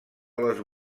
les